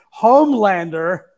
Homelander